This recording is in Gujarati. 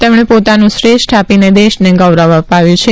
તેમણે પોતાનું શ્રેષ્ઠ આપીને દેશનેગૌરવ અપાવ્યું છે